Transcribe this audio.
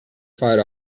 fight